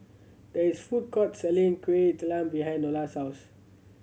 there is food court selling Kueh Talam behind Nola's house